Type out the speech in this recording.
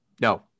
No